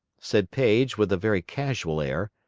said paige, with a very casual air,